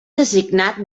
designat